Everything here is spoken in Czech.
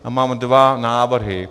A mám dva návrhy.